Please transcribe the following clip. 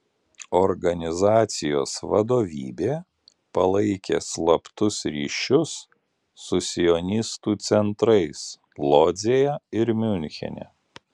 organizacijos vadovybė palaikė slaptus ryšius su sionistų centrais lodzėje ir miunchene